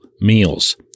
meals